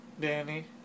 Danny